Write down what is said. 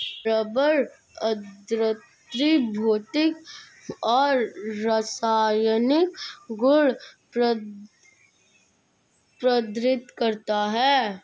rubber अद्वितीय भौतिक और रासायनिक गुण प्रदर्शित करता है